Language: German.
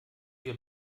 wir